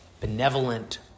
benevolent